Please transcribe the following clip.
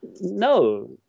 no